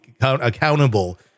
accountable